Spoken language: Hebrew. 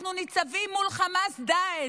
אנחנו ניצבים מול חמאס-דאעש,